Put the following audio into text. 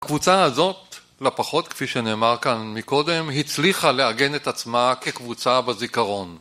הקבוצה הזאת, לא פחות כפי שנאמר כאן מקודם, הצליחה לעגן את עצמה כקבוצה בזיכרון.